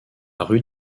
rue